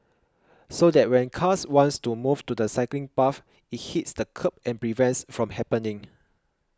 so that when cars wants to move to the cycling path it hits the kerb and prevents from happening